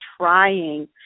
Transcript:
trying